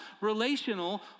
relational